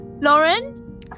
Lauren